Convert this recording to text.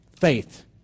Faith